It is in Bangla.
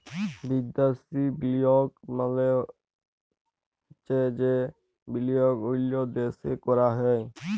বিদ্যাসি বিলিয়গ মালে চ্ছে যে বিলিয়গ অল্য দ্যাশে ক্যরা হ্যয়